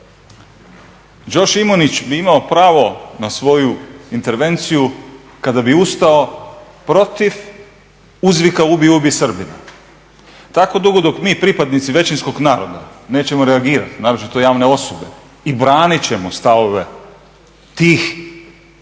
… Šimunić bi imao pravo na svoju intervenciju kada bi ustao protiv uzvika "ubij, ubij Srbina". Tako dugo dok mi pripadnici većinskog naroda nećemo reagirati, naročito javne osobe i branit ćemo stavove tih skupina